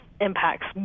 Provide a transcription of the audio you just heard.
impacts